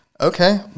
Okay